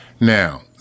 now